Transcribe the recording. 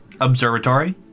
Observatory